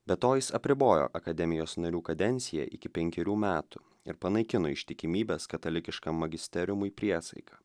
be to jis apribojo akademijos narių kadenciją iki penkerių metų ir panaikino ištikimybės katalikiškam magisteriumui priesaiką